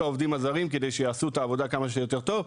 העובדים הזרים כדי שיעשו את העבודה כמה שיותר טוב,